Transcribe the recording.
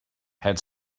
had